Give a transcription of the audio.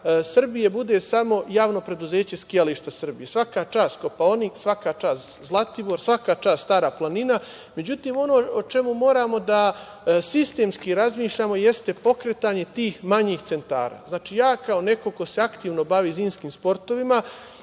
Srbije bude samo Javno preduzeće „Skijališta Srbije“. Svaka čast Kopaonik, svaka čast Zlatibor, svaka čast Stara Planina.Međutim, ono o čemu moramo da sistemskim razmišljamo jeste pokretanje tih manjih centara. Znači, ja kao neko ko se aktivno bavi zimskim sportovima